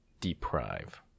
deprive